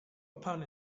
upon